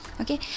okay